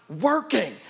working